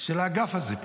של האגף הזה פה.